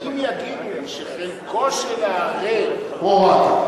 אם יגידו לי שחלקו של הערב, פרו-רטה.